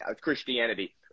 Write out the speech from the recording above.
christianity